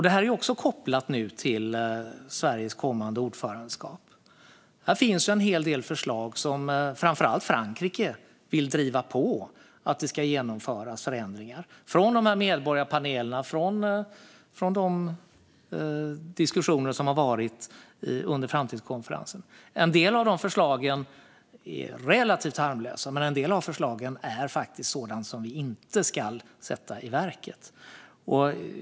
Det är också kopplat till Sveriges kommande ordförandeskap, för det finns en hel del förslag om förändringar från bland annat medborgarpanelerna och diskussionerna under framtidskonferensen, där framför allt Frankrike är pådrivande. En del av förslagen är relativt harmlösa medan andra är sådana vi inte ska sätta i verket.